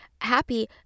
happy